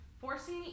Forcing